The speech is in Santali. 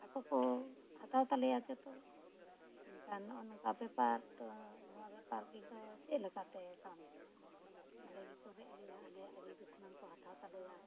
ᱟᱠᱚᱠᱚ ᱦᱟᱛᱟᱣ ᱛᱟᱞᱮᱭᱟ ᱡᱚᱛᱚ ᱢᱮᱱᱠᱷᱟᱱ ᱱᱚᱜᱼᱚ ᱱᱚᱝᱠᱟ ᱵᱮᱯᱟᱨ ᱫᱚ ᱱᱚᱣᱟ ᱵᱮᱯᱟᱨ ᱨᱮᱫᱚ ᱪᱮᱫ ᱞᱮᱠᱟᱛᱮ ᱠᱟᱢᱮ ᱮᱢᱟ ᱟᱞᱮ ᱜᱮᱠᱚ ᱢᱮᱫ ᱞᱮᱭᱟ ᱟᱞᱮᱭᱟᱜ ᱟᱹᱜᱩ ᱠᱚ ᱥᱟᱱᱟᱢ ᱠᱚ ᱦᱟᱛᱟᱣ ᱛᱟᱞᱮᱭᱟ